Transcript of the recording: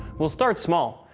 we'll start small,